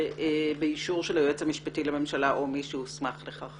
באישור של היועץ המשפטי לממשלה או מי שהוסמך לכך?